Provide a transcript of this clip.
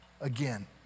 again